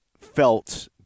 felt